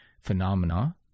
phenomena